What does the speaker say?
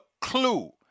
clue